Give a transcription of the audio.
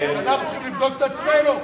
אנחנו צריכים לבדוק את עצמנו.